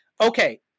okay